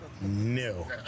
No